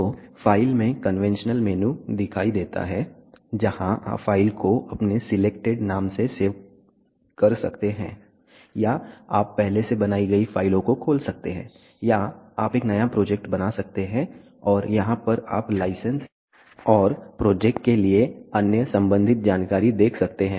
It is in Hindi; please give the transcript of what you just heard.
तो फ़ाइल में कन्वेंशनल मेनू दिखाई देता है जहाँ आप फ़ाइल को अपने सिलेक्टेड नाम से सेव कर सकते हैं या आप पहले से बनाई गई फ़ाइलों को खोल सकते हैं या आप एक नया प्रोजेक्ट बना सकते हैं और यहाँ आप लाइसेंस और प्रोजेक्ट के लिए अन्य संबंधित जानकारी देख सकते हैं